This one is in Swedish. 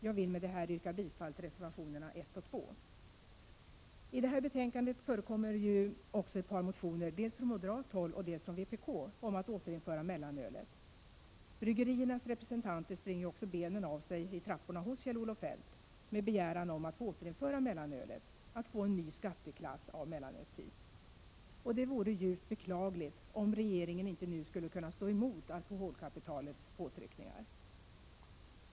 Jag vill med detta yrka bifall till reservationerna 1 och 2. I det här betänkandet förekommer också ett par motioner — dels från moderat håll, dels från vpk — om att återinföra mellanölet. Bryggeriernas representanter springer också benen av sig i trapporna hos Kjell-Olof Feldt med begäran om att få återinföra mellanölet, att få en ny skatteklass av mellanölstyp. Det vore djupt beklagligt om regeringen inte nu skulle kunna stå emot alkoholkapitalets påtryckningar.